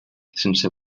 sense